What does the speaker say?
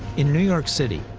in new york city,